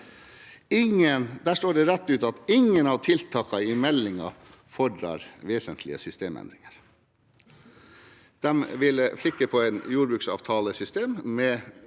Der står det rett ut: «Ingen av tiltaka i meldinga fordrar vesentlege systemendringar.» De vil flikke på et jordbruksavtalesystem med